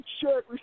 Sure